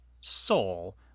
Soul